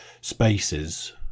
spaces